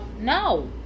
No